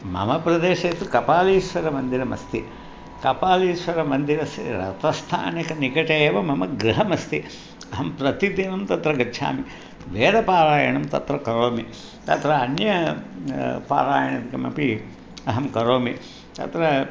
मम प्रदेशे तु कपालीश्वरमन्दिरमस्ति कपालीश्वरमन्दिरस्य रथस्थानिकटे एव मम गृहमस्ति अहं प्रतिदिनं तत्र वेदपारायणं तत्र करोमि तत्र अन्य पारायणं किमपि अहं करोमि तत्र